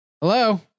Hello